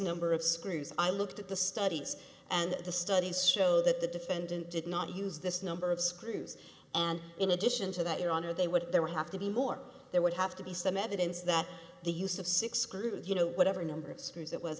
number of screws i looked at the studies and the studies show that the defendant did not use this number of screws and in addition to that your honor they would there have to be more there would have to be some evidence that the use of six screws you know whatever number of screws it was